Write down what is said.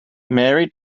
mary